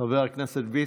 חבר הכנסת ביסמוט,